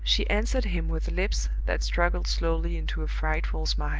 she answered him with lips that struggled slowly into a frightful smile.